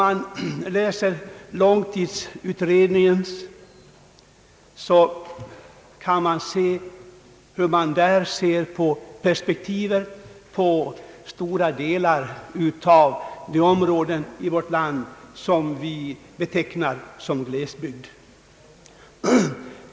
Av långtidsutredningen framgår hur man ser på de stora områden i vårt land som vi betecknar som glesbygder.